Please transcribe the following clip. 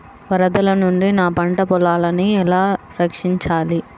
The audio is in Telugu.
వరదల నుండి నా పంట పొలాలని ఎలా రక్షించాలి?